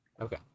Okay